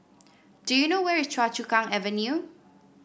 do you know where is Choa Chu Kang Avenue